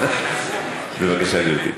בבקשה, גברתי.